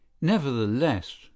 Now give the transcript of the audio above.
Nevertheless